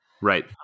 Right